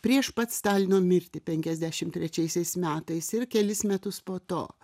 prieš pat stalino mirtį penkiasdešim trečiaisiais metais ir kelis metus po to